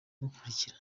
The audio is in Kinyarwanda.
abamukurikira